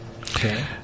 Okay